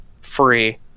free